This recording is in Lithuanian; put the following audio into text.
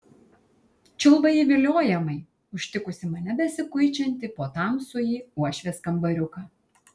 čiulba ji viliojamai užtikusi mane besikuičiantį po tamsųjį uošvės kambariuką